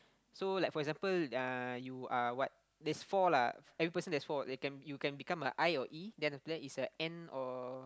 so like for example uh you are what there's four lah every person there's four you can you can become a I or E then after that it's a N or